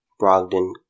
Brogdon